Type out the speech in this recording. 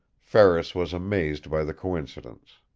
ferris was amazed by the coincidence.